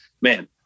Man